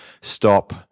stop